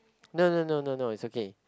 no no no no no it's okay